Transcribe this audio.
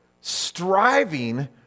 striving